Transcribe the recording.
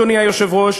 אדוני היושב-ראש,